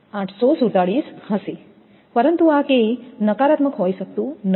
847 હશે પરંતુ આ K નકારાત્મક હોઈ શકતું નથી